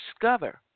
discover